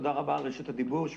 תודה רבה על רשות הדיבור.